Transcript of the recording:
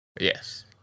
yes